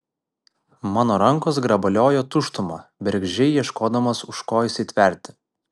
mano rankos grabaliojo tuštumą bergždžiai ieškodamos už ko įsitverti